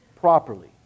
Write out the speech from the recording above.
properly